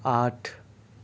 آٹھ